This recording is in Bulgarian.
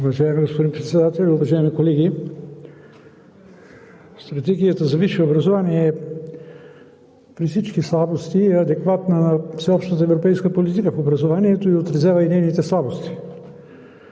Уважаеми господин Председател, уважаеми колеги! Стратегията за висше образование при всички слабости е адекватна на всеобщата европейска политика в образованието, отразява и нейните слабости.